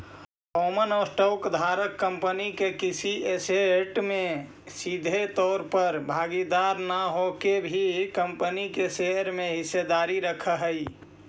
common stock धारक company के किसी ऐसेट में सीधे तौर पर भागीदार न होके भी कंपनी के शेयर में हिस्सेदारी रखऽ हइ